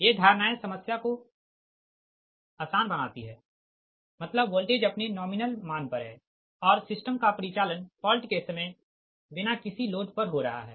ये धारणाएँ समस्या को सरल बनाती है मतलब वोल्टेज अपने नॉमिनल मान पर है और सिस्टम का परिचालन फॉल्ट के समय बिना किसी लोड पर हो रहा है